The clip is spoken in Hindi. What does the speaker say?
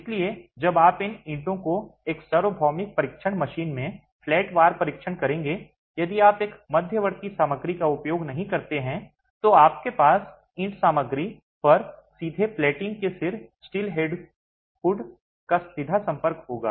इसलिए जब आप इन ईंटों को एक सार्वभौमिक परीक्षण मशीन में फ्लैट वार परीक्षण करेंगे यदि आप एक मध्यवर्ती सामग्री का उपयोग नहीं करते हैं तो आपके पास ईंट सामग्री पर सीधे प्लेटिन के सिर स्टीलहेड का सीधा संपर्क होगा